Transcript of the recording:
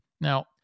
Now